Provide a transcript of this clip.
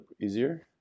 easier